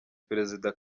perezida